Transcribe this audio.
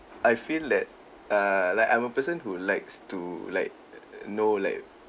I feel that err like I'm a person who likes to like uh know like